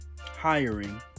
Hiring